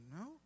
no